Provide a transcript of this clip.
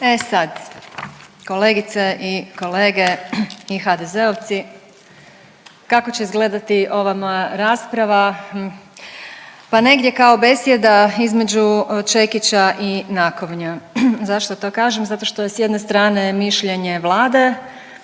E sad kolegice i kolege i HDZ-ovci kako će izgledati ova moja rasprava, pa negdje kao besjeda između čekića i nakovnja. Zašto to kažem? Zato što je s jedne strane mišljenje Vlade